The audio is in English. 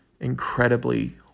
incredibly